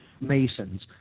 Masons